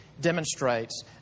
demonstrates